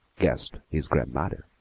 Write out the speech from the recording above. gasped his grandmother.